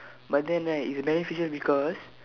but then right it's beneficial because